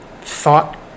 thought